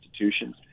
institutions